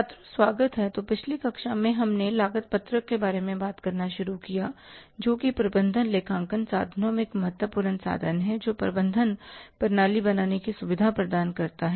छात्रों स्वागत है तो पिछली कक्षा में हमने लागत पत्रक के बारे में बात करना शुरू किया जो कि प्रबंधन लेखांकन साधनों में एक महत्वपूर्ण साधन है जो कि प्रबंधन प्रणाली बनाने की सुविधा प्रदान करता है